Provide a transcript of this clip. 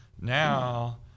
Now